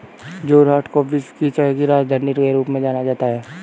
जोरहाट को विश्व की चाय की राजधानी के रूप में जाना जाता है